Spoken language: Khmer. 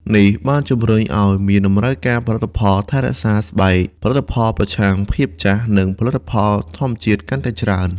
នេះបានជំរុញឱ្យមានតម្រូវការផលិតផលថែរក្សាស្បែក ផលិតផលប្រឆាំងភាពចាស់ និងផលិតផលធម្មជាតិកាន់តែច្រើន។